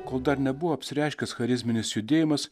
kol dar nebuvo apsireiškęs charizminis judėjimas